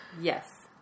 Yes